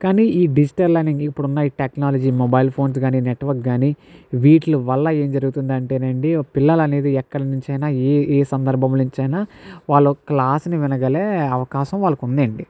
కానీ ఈ digital learning ఇప్పుడు ఉన్న ఈ టెక్నాలజీ మొబైల్ ఫోన్స్ కాని నెట్వర్క్ కాని వీటిల వల్ల ఏం జరుగుతుంది అంటేనండి పిల్లలు అనేది ఎక్కడి నుంచి అయినా ఏ ఏ సందర్భంలో నుంచి అయినా వాళ్ల క్లాసులు వినగలే అవకాశం వాళ్లకి ఉందండి